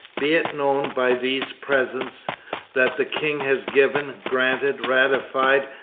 be it known by these presents that the king has given, granted, ratified,